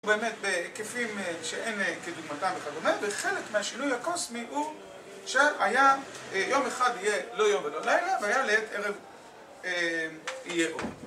באמת בהיקפים שאין כדוגמתם וכדומה, וחלק מהשינוי הקוסמי הוא שהיה יום אחד יהיה לא יום ולא לילה והיה לעת ערב יהיה אור